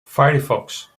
firefox